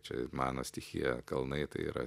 čia mano stichija kalnai tai yra